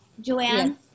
Joanne